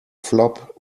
flop